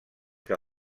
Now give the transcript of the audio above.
que